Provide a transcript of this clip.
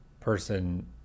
person